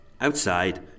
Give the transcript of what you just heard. Outside